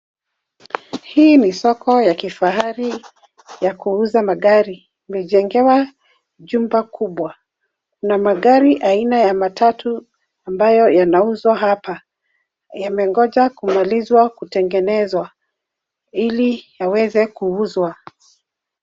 Hii ni soko ya kifahari ya kuuza magari imejengwa jumba kubwa na magari aina ya matatu yanauzwa hapa. Yamengoja kumalizwa kutengenezawa ile yaweze kuuzwa.